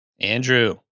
Andrew